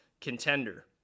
contender